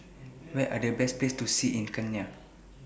What Are The Best Places to See in Kenya